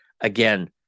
again